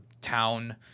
town